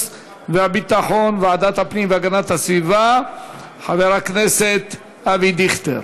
והביטחון וועדת הפנים והגנת הסביבה חבר הכנסת אבי דיכטר.